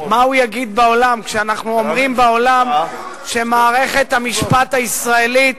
מה הוא יגיד בעולם כשאנחנו אומרים בעולם שמערכת המשפט הישראלית